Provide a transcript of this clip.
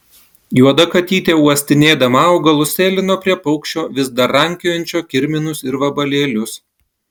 juoda katytė uostinėdama augalus sėlino prie paukščio vis dar rankiojančio kirminus ir vabalėlius